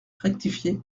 rectifié